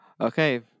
Okay